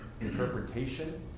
interpretation